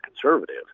conservative